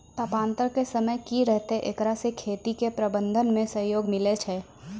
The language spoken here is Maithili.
तापान्तर के समय की रहतै एकरा से खेती के प्रबंधन मे सहयोग मिलैय छैय?